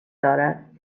دارد